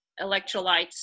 electrolytes